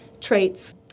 traits